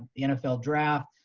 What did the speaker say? the nfl draft,